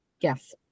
Yes